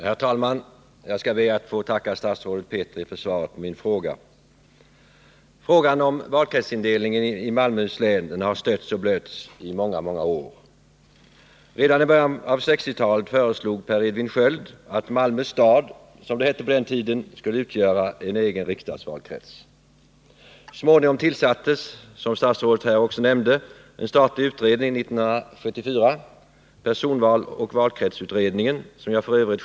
Herr talman! Jag ber att få tacka statsrådet Petri för svaret på min fråga. Frågan om valkretsindelningen i Malmöhus län har stötts och blötts under många år. Redan i början av 1960-talet föreslog Per Edvin Sköld att Malmö stad skulle utgöra en egen riksdagsvalkrets. Så småningom — år 1974 — tillsattes, som statsrådet Petri också nämnde, en statlig utredning, personvalsoch valkretsutredningen. Jag deltog f.ö.